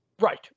Right